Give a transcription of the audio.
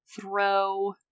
throw